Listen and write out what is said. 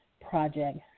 project